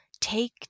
Take